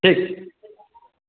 ठीक छै